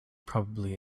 probably